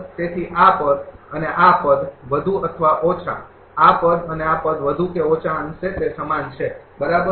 તેથી આ પદ અને આ પદ વધુ અથવા ઓછા આ પદ અને આ પદ વધુ કે ઓછા અંશે તે સમાન છે બરાબર